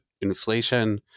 inflation